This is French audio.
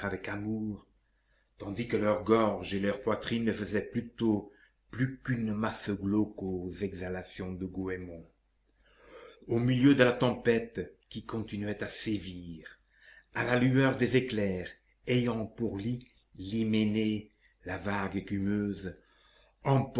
avec amour tandis que leurs gorges et leurs poitrines ne faisaient bientôt plus qu'une masse glauque aux exhalaisons de goëmon au milieu de la tempête qui continuait de sévir à la lueur des éclairs ayant pour lit d'hyménée la vague écumeuse